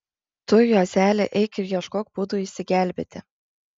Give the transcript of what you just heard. tu juozeli eik ir ieškok būdų išsigelbėti